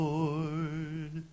Lord